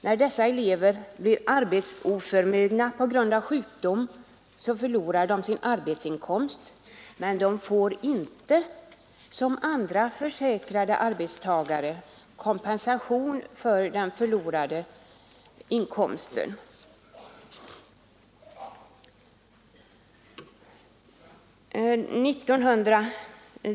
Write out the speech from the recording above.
När dessa elever blir arbetsoförmögna på grund av sjukdom förlorar de sin arbetsinkomst, men de får inte som andra försäkrade arbetstagare kompensation för den förlorade inkomsten genom sjukpenning.